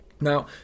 Now